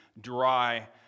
dry